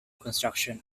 construction